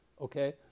okay